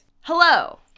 Hello